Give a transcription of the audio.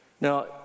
Now